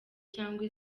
cyangwa